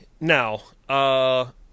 Now –